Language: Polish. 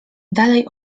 dalej